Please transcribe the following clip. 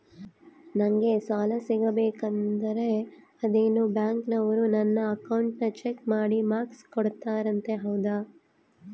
ನಂಗೆ ಸಾಲ ಸಿಗಬೇಕಂದರ ಅದೇನೋ ಬ್ಯಾಂಕನವರು ನನ್ನ ಅಕೌಂಟನ್ನ ಚೆಕ್ ಮಾಡಿ ಮಾರ್ಕ್ಸ್ ಕೊಡ್ತಾರಂತೆ ಹೌದಾ?